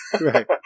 Right